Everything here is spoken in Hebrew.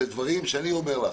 אלה דברים שאני אומר לך,